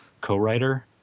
co-writer